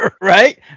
right